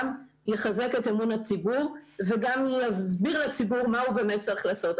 גם יחזק את אמון הציבור וגם יסביר לציבור מה הוא באמת צריך לעשות.